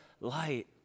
light